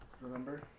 Remember